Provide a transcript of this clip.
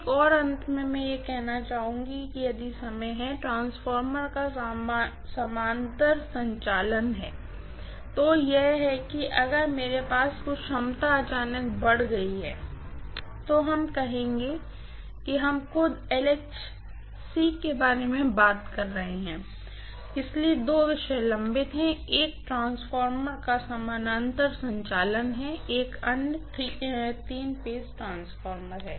एक और अंत में मैं यह करना चाहूंगी कि यदि समय है ट्रांसफार्मर का समानांतर संचालन है तो यह है कि अगर मेरे पास कुछ क्षमता अचानक बढ़ गई है तो हम कहें कि हम खुद LHC के बारे में बात कर रहे हैं इसलिए दो विषय लंबित हैं एक ट्रांसफार्मर का समानांतर संचालन है अन्य एक तीन फेज ट्रांसफार्मर है